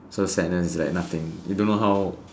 so sadness is like nothing you don't know how